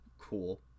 Cool